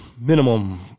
minimum